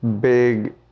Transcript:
big